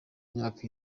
imyaka